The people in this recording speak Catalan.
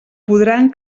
podran